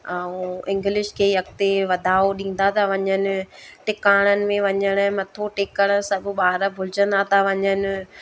ऐं इंग्लिश खे ई अॻिते वधाउ ॾींदा था वञनि टिकाणनि में वञणु मथो टेकणु सभु ॿार भुलजंदा था वञनि